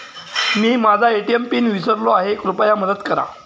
मी माझा ATM pin विसरलो आहे, कृपया मदत करा